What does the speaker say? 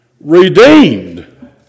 Redeemed